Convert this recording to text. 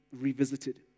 revisited